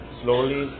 slowly